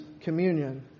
communion